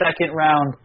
second-round